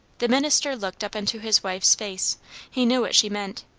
the minister looked up into his wife's face he knew what she meant.